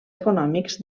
econòmics